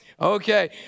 okay